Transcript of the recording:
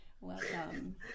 welcome